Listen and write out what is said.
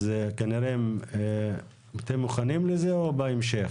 אז אתם מוכנים לזה או בהמשך?